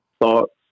thoughts